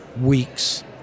weeks